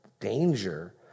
Danger